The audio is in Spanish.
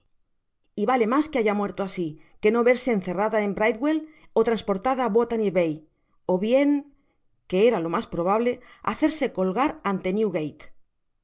y vale mas que haya muerto asi que no verse encerrada en bridewll ó transportada á botanybay ó bien que era lo mas probable hacerse colgar